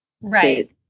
Right